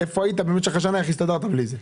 איפה היית במשך השנה ואיך הסתדרת בלי זה?